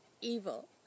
evil